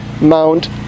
Mount